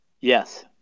Yes